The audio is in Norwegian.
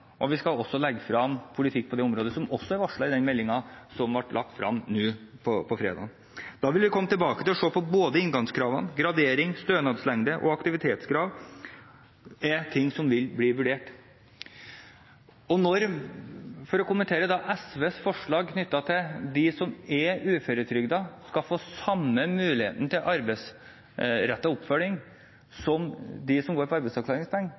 og vi skal også legge frem politikk på området – som også er varslet i meldingen som ble lagt frem på fredag. Da vil vi komme tilbake og se på både inngangskravene, gradering, stønadslengde og aktivitetskrav. Det er ting som vil bli vurdert. For å kommentere SVs forslag knyttet til om de som er uføretrygdet, skal få samme muligheten til arbeidsrettet oppfølging som de som går på